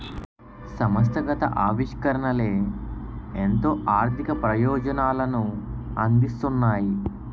సంస్థాగత ఆవిష్కరణలే ఎంతో ఆర్థిక ప్రయోజనాలను అందిస్తున్నాయి